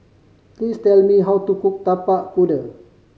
please tell me how to cook Tapak Kuda